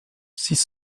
six